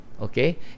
Okay